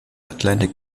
atlantic